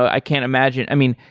i can't imagine i mean,